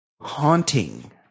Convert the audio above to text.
Haunting